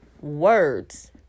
words